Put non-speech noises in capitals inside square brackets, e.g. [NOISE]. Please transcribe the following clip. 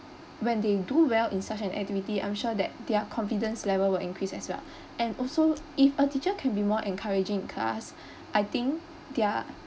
when they do well in such an activity I'm sure that their confidence level will increase as well [BREATH] and also if a teacher can be more encouraging in class [BREATH] I think their